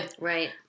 Right